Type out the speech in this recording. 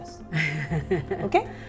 okay